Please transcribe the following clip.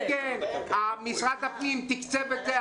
-- לאחר מכן משרד הפנים תקצב את זה.